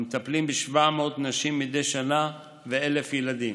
המטפלים ב-700 נשים מדי שנה וב-1,000 ילדים,